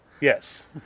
Yes